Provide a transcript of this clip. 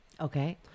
Okay